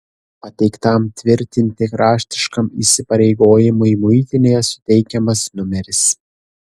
pateiktam tvirtinti raštiškam įsipareigojimui muitinėje suteikiamas numeris